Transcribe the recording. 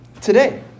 today